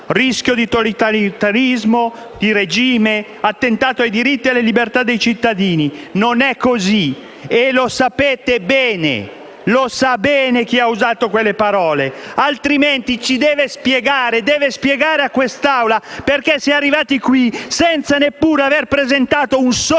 rischio di totalitarismo, di regime, attentato ai diritti e alle libertà dei cittadini. Non è così e lo sapete bene. Lo sa bene chi ha usato quelle parole. Altrimenti deve spiegare a quest'Assemblea perché si è arrivati qui senza aver neppure presentato un solo